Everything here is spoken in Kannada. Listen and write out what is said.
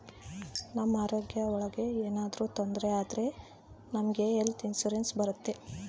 ನಮ್ ಆರೋಗ್ಯ ಒಳಗ ಏನಾದ್ರೂ ತೊಂದ್ರೆ ಆದ್ರೆ ನಮ್ಗೆ ಹೆಲ್ತ್ ಇನ್ಸೂರೆನ್ಸ್ ಬರುತ್ತೆ